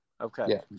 Okay